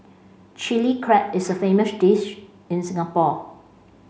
Chilli Crab is a famous dish in Singapore